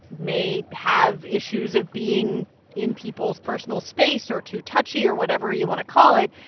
may have issues of being in people's personal space, or too touchy or whatever you want to call it,